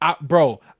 Bro